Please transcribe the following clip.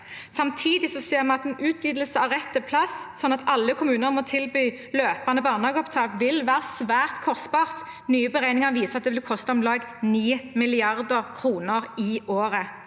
Samtidig ser vi at en utvidelse av rett til plass, sånn at alle kommuner må tilby løpende barnehageopptak, vil være svært kostbart. Nye beregninger viser at det vil koste om lag 9 mrd. kr i året.